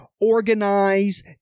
organize